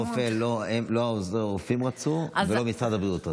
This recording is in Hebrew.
עמית רופא לא עוזרי רופאים רצו ולא משרד הבריאות רצה,